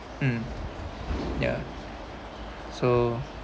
mm ya so